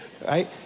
right